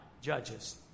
judges